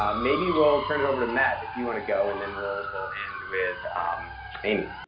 um maybe we'll turn it over to matt. if you want to go and then we'll, we'll end with amy.